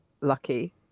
lucky